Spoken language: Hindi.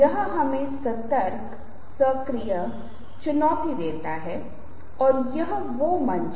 यदि आप बारीकी से देखते हैं तो आप देखेंगे कि उसके हाथ उसकी बेल्ट में टक हैं यह एक आक्रामक पड़ाव है